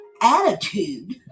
attitude